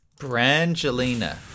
Brangelina